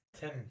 Tim